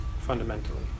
fundamentally